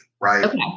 right